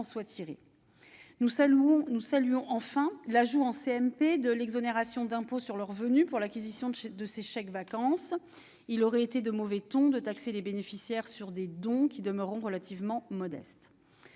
soit tiré. Nous saluons enfin l'ajout en commission mixte paritaire de l'exonération d'impôt sur le revenu pour l'acquisition de ces chèques-vacances. Il aurait été de mauvais ton de taxer les bénéficiaires sur des dons qui demeureront relativement modestes.